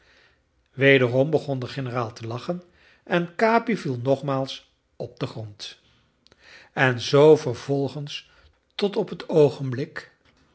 wederom begon de generaal te lachen en capi viel nogmaals op den grond en zoo vervolgens tot op het oogenblik